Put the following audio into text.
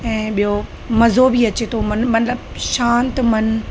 ऐं ॿियो मज़ो बि अचे थो मनु मतिलबु शांति मनु